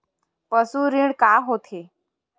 पशु ऋण का होथे?